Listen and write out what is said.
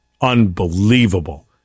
Unbelievable